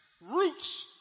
roots